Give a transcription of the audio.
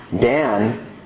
Dan